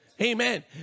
Amen